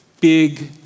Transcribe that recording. big